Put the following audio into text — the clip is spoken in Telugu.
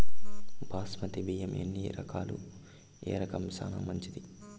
బాస్మతి బియ్యం ఎన్ని రకాలు, ఏ రకం చానా మంచిది?